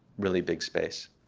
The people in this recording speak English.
really big space.